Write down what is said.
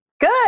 Good